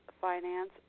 finance